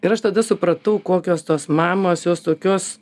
ir aš tada supratau kokios tos mamos jos tokios